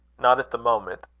not at the moment.